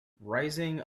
rising